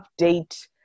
update